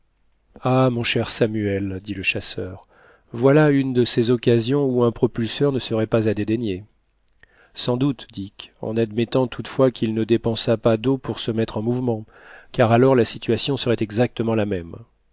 ah mon cher samuel dit le chasseur voilà une de ces occasions où un propulseur ne serait pas à dédaigner sans doute dick en admettant toutefois qu'il ne dépensât pas d'eau pour se mettre en mouvement car alors la situation serait exactement la même